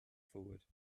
forward